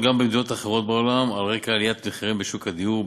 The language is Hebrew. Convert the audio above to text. במדינות אחרות בעולם על רקע עליית מחירים בשוק הדיור.